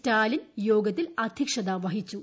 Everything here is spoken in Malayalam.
സ്റ്റാലിൻ യോഗത്തിൽ അധ്യക്ഷത വഹിച്ചു